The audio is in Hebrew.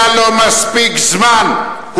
היה לו מספיק זמן.